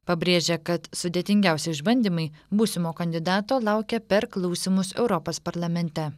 pabrėžė kad sudėtingiausi išbandymai būsimo kandidato laukia per klausymus europos parlamente